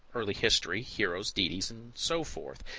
early history, heroes, deities and so forth,